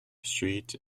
street